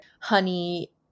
honey